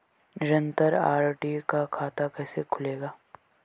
निरन्तर आर.डी का खाता कैसे खुलेगा?